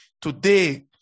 Today